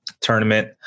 tournament